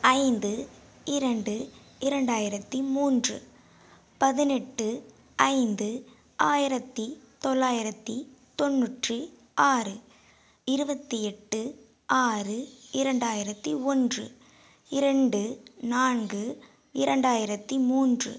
ஐந்து இரண்டு இரண்டாயிரத்தி மூன்று பதினெட்டு ஐந்து ஆயிரத்தி தொள்ளாயிரத்தி தொண்ணூற்றி ஆறு இருபத்தி எட்டு ஆறு இரண்டாயிரத்தி ஒன்று இரண்டு நான்கு இரண்டாயிரத்தி மூன்று